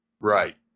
Right